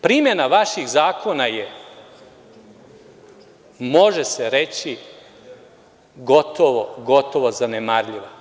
Primena vaših zakona je, može se reći, gotovo zanemarljiva.